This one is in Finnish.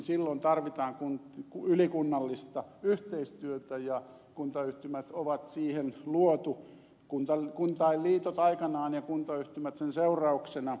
silloin tarvitaan ylikunnallista yhteistyötä ja kuntayhtymät on siihen luotu kuntainliitot aikanaan ja kuntayhtymät sen seurauksena